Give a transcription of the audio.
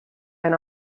and